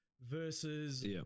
Versus